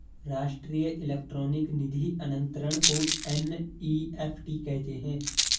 राष्ट्रीय इलेक्ट्रॉनिक निधि अनंतरण को एन.ई.एफ.टी कहते हैं